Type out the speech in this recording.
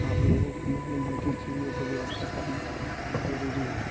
आप लोगों को मालूम है कि चिड़ियों की व्यवस्था करना ज़रूरी है